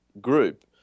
Group